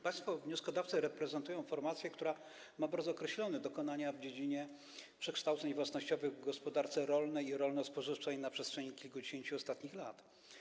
Państwo wnioskodawcy reprezentują formację, która ma bardzo określone dokonania w dziedzinie przekształceń własnościowych w gospodarce rolnej i rolno-spożywczej na przestrzeni kilkudziesięciu ostatnich lat.